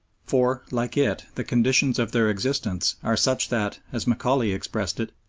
for, like it, the conditions of their existence are such that, as macaulay expressed it,